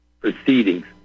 proceedings